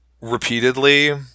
repeatedly